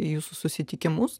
jūsų susitikimus